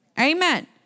amen